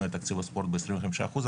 את תקציב הספורט בעשרים וחמישה אחוז,